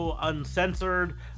Uncensored